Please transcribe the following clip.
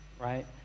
right